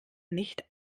nicht